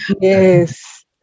Yes